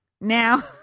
Now